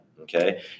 okay